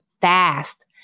fast